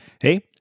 Hey